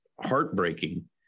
heartbreaking